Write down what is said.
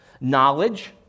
knowledge